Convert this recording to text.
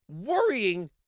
worrying